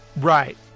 Right